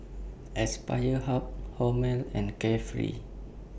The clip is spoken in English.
Aspire Hub Hormel and Carefree